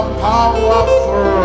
powerful